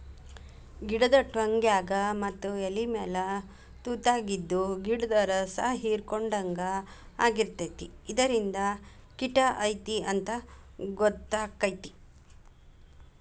ಗಿಡದ ಟ್ವಂಗ್ಯಾಗ ಮತ್ತ ಎಲಿಮ್ಯಾಲ ತುತಾಗಿದ್ದು ಗಿಡ್ದ ರಸಾಹಿರ್ಕೊಡ್ಹಂಗ ಆಗಿರ್ತೈತಿ ಇದರಿಂದ ಕಿಟ ಐತಿ ಅಂತಾ ಗೊತ್ತಕೈತಿ